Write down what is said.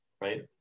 right